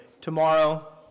tomorrow